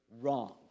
wrong